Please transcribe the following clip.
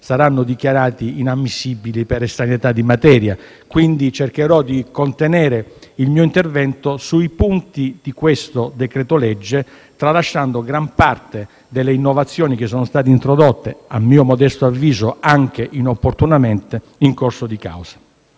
saranno dichiarati inammissibili per estraneità di materia. Cercherò, quindi, di contenere il mio intervento sui punti di questo decreto-legge, tralasciando gran parte delle innovazioni che sono state introdotte, a mio modesto avviso anche inopportunamente, in corso di causa.